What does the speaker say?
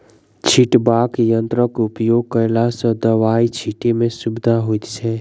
छिटबाक यंत्रक उपयोग कयला सॅ दबाई छिटै मे सुविधा होइत छै